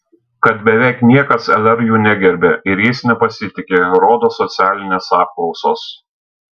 kad beveik niekas lr jų negerbia ir jais nepasitiki rodo socialinės apklausos